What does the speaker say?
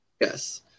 Yes